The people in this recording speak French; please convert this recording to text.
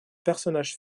personnage